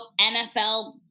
NFL